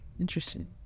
Interesting